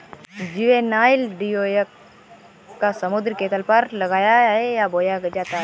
juvenile geoduck को समुद्र के तल पर लगाया है या बोया जाता है